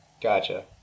Gotcha